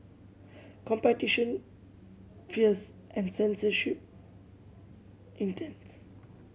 competition fierce and censorship intense